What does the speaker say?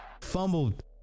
fumbled